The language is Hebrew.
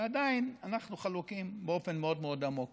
ועדיין, אנחנו חלוקים באופן מאוד מאוד עמוק